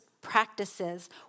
practices